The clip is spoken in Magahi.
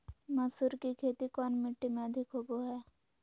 मसूर की खेती कौन मिट्टी में अधीक होबो हाय?